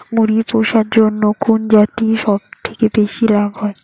মুরগি পুষার জন্য কুন জাতীয় সবথেকে বেশি লাভ হয়?